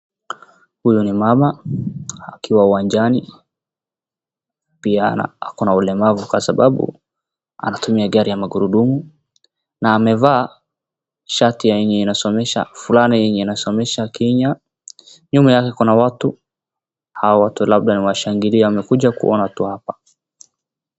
Huyo ni mama akiwa uwanjani .Pia ako na ulemavu kwa sababu anatumia gari ya magurudumu na amevaa shati fulani yenye inasomesha KENYA.Nyuma yake kuna watu hao watu labda ni washangilia wamekuja kuona tu hapa.